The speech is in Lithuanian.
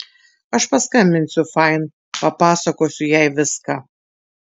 aš paskambinsiu fain papasakosiu jai viską